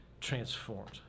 transformed